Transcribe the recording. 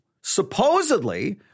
supposedly